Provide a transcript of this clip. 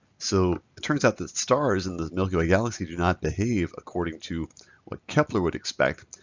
so it turns out that stars in the milky way galaxy do not behave according to what kepler would expect.